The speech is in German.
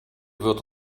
wird